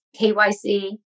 KYC